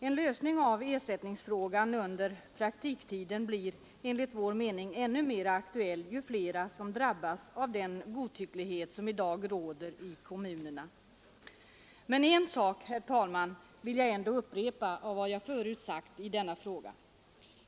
En lösning av frågan om ersättning under praktiktiden blir enligt vår mening ännu mera aktuell ju fler som drabbas av den godtycklighet som i dag råder i kommunerna. Men en sak, herr talman, vill jag ändå upprepa av vad jag förut sagt i denna fråga.